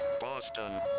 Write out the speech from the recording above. Boston